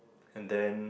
and then